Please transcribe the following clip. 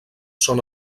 són